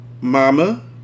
Mama